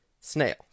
snail